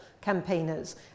campaigners